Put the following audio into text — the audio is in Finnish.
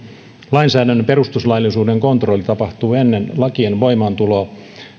lainsäädännön perustuslaillisuuden kontrolli tapahtuu ennen lakien voimaantuloa